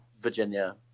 Virginia